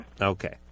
Okay